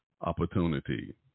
opportunity